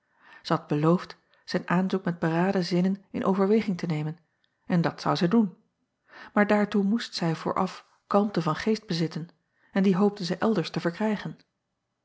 had beloofd zijn aanzoek met beraden zinnen in overweging te nemen en dat zou zij doen maar daartoe moest zij vooraf kalmte van geest bezitten en die hoopte zij elders te verkrijgen